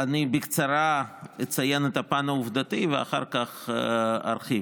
אני אציין בקצרה את הפן העובדתי ואחר כך ארחיב.